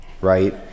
right